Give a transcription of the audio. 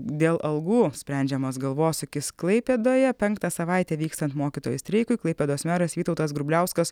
dėl algų sprendžiamas galvosūkis klaipėdoje penktą savaitę vykstant mokytojų streikui klaipėdos meras vytautas grubliauskas